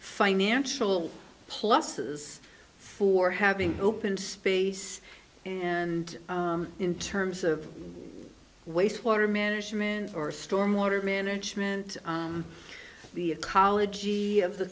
financial pluses for having open space and in terms of wastewater management or storm water management the ecology of the